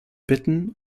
bitten